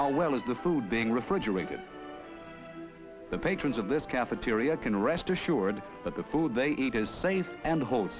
how well is the food being refrigerated the patrons of this cafeteria can rest assured that the food they eat is safe and whole